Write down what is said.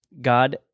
God